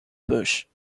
bush